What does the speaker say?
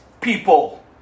people